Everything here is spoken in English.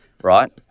right